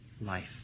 life